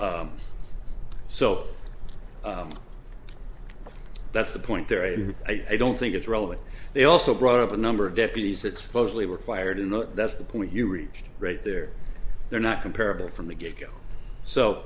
so that's the point there and i don't think it's relevant they also brought up a number of deputies that supposedly were fired in the that's the point you reached right there they're not comparable from the get go so